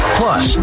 plus